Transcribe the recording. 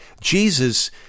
Jesus